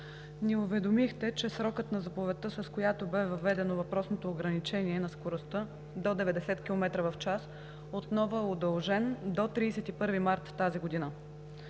ни уведомихте, че срокът на заповедта, с която бе въведено въпросното ограничение на скоростта до 90 км в час, отново е удължен до 31 март тази година.